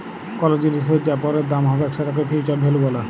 call জিলিসের যা পরের দাম হ্যবেক সেটকে ফিউচার ভ্যালু ব্যলে